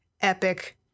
epic